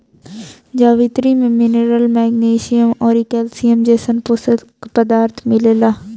जावित्री में minerals, magnesium अउरी कैल्शियम जइसन पोषक पदार्थ मिलेला